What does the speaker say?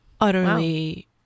Utterly